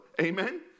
Amen